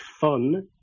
fun